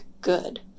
good